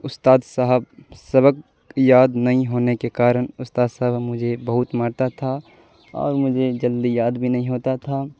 استاد صاحب سبق یاد نہیں ہونے کے کارن استاد صاحب مجھے بہت مارتا تھا اور مجھے جلدی یاد بھی نہیں ہوتا تھا